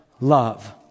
love